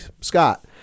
Scott